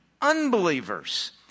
unbelievers